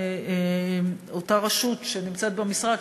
אותה רשות שנמצאת במשרד,